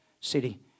city